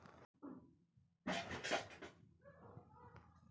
खरीफ फसलो के मौसम जूनो मे शुरु होय के अक्टुबरो मे खतम होय छै